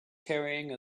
carrying